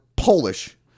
Polish